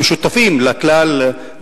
המשותפים לכלל,